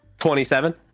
27